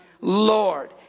Lord